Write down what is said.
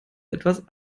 etwas